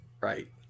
right